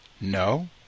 No